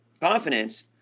confidence